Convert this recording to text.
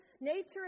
nature